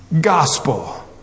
gospel